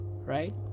Right